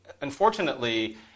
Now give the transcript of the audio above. Unfortunately